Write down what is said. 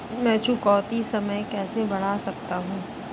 मैं चुकौती समय कैसे बढ़ा सकता हूं?